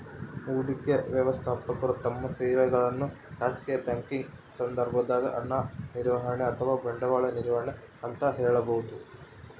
ಹೂಡಿಕೆ ವ್ಯವಸ್ಥಾಪಕರು ತಮ್ಮ ಸೇವೆಗಳನ್ನು ಖಾಸಗಿ ಬ್ಯಾಂಕಿಂಗ್ ಸಂದರ್ಭದಾಗ ಹಣ ನಿರ್ವಹಣೆ ಅಥವಾ ಬಂಡವಾಳ ನಿರ್ವಹಣೆ ಅಂತ ಹೇಳಬೋದು